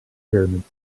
pyramids